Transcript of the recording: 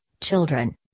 children